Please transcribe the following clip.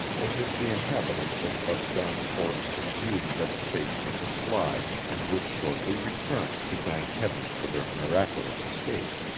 as if the inhabitants had but gone forth to view the devastation of the slide, and would shortly return, to thank heaven for their miraculous escape.